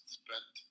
spent